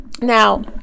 Now